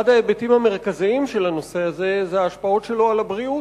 אחד ההיבטים המרכזיים של הנושא הזה זה ההשפעות שלו על הבריאות.